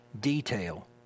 detail